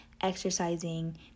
exercising